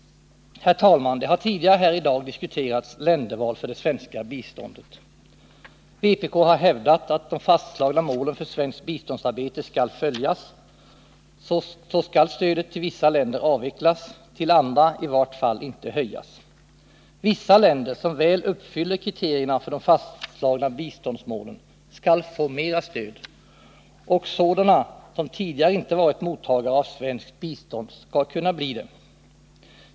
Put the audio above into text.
Herr talman! Vi har tidigare här i dag diskuterat länderval för det svenska biståndet. Vpk har hävdat att om de fastslagna målen för svenskt biståndsarbete skall följas, så skall stödet till vissa länder avvecklas, till andra i vart fall inte höjas. Vissa länder som väl uppfyller kriterierna för de fastslagna biståndsmålen skall få mera stöd, och sådana som tidigare inte varit mottagare av svenskt bistånd skall kunna bli det.